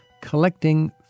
collecting